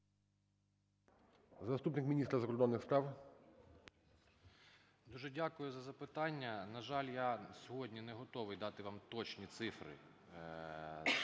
Дуже дякую за запитання. На жаль, я сьогодні не готовий дати вам точні цифри